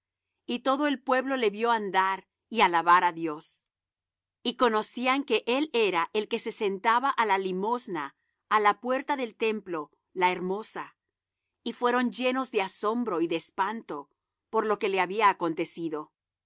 y todo el pueblo le vió andar y alabar á dios y conocían que él era el que se sentaba á la limosna á la puerta del templo la hermosa y fueron llenos de asombro y de espanto por lo que le había acontecido